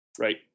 right